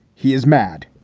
he is mad.